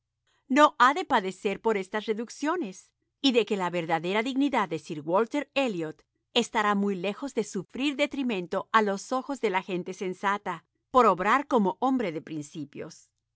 no ha de padecer por estas reducciones y de que la verdadera dignidad de sir waliter elliot estará muy lejos de sufrir detrimento a los ojos de la gente sensata por obrar como hombre de principios